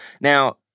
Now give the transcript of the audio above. Now